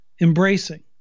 embracing